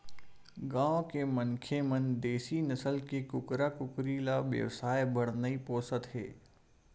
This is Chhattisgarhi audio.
गाँव के मनखे मन देसी नसल के कुकरा कुकरी ल बेवसाय बर नइ पोसत हे